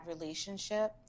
relationship